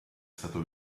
stato